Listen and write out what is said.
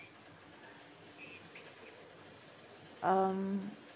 um